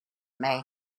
may